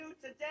today